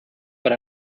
but